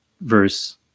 verse